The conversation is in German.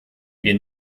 wir